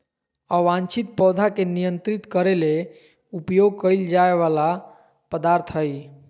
अवांछित पौधा के नियंत्रित करे ले उपयोग कइल जा वला पदार्थ हइ